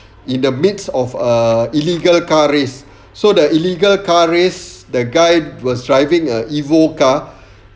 in the midst of a illegal car race so the illegal car race the guy was driving a EVO car